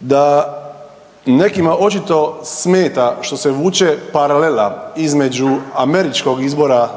da nekima očito smeta što se vuče paralela između američkog izbora